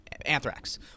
anthrax